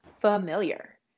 familiar